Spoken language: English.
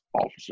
officer